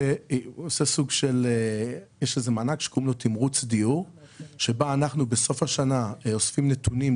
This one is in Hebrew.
יש מענק שכונות תמרוץ דיור ואנחנו אוספים נתונים,